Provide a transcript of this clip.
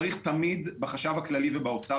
בחשב הכללי ובאוצר,